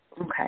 Okay